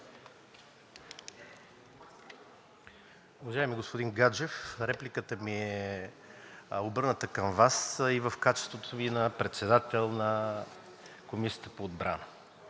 Уважаеми господин Гаджев, репликата ми е обърната към Вас и в качеството Ви на председател на Комисията по отбрана.